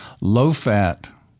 low-fat